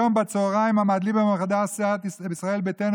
היום בצוהריים עמד ליברמן בחדר סיעת ישראל ביתנו